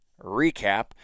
recap